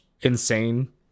insane